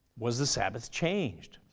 was the sabbath changed?